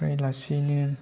फ्राय लासैनो